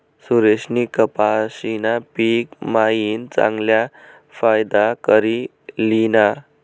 सुरेशनी कपाशीना पिक मायीन चांगला फायदा करी ल्हिना